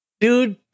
Dude